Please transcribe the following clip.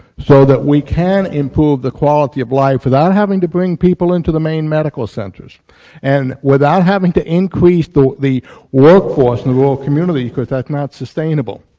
so that we can improve the quality of life without having to bring people into the main medical center's and without having to increase the the workforce and rural communities that is not sustainable.